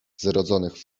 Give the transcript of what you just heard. zrodzonych